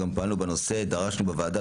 גם פעלנו בנושא; דרשנו בוועדה,